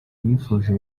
yifuje